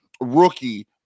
rookie